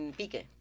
pique